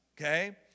okay